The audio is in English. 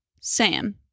Sam